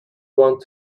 want